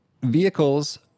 vehicles